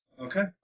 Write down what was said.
Okay